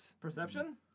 Perception